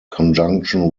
conjunction